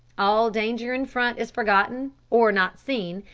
all danger in front is forgotten, or not seen,